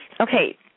Okay